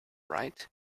right